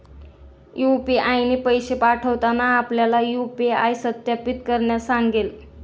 UPI ने पैसे पाठवताना आपल्याला यू.पी.आय सत्यापित करण्यास सांगेल